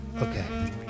Okay